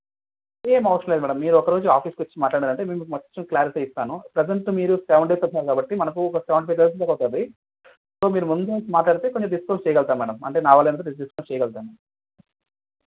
ఏం అవసరం లేదు మేడం మీరు ఒక రోజు ఆఫీస్ వచ్చి మాట్లాడారంటే నేను మీకు మొత్తం క్లారిఫై ఇస్తాను ప్రజెంట్ మీరు సెవెన్ డేస్ అంటున్నారు కాబట్టి మనకు ఒక సెవెంటీ ఫైవ్ దాకా పడతుంది సో ముందే వచ్చి మాట్లాడితే కొంచెం డిస్కస్ చేయగలుగుతా మేడం అంటే నావల్ల అయినంత వరకు డిస్కస్ చేయగలుగుతా